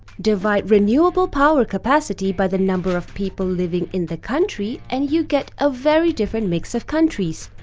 divide renewable power capacity by the number of people living in the country, and you get a very different mix of countries.